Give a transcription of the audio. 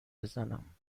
بزنم